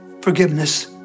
forgiveness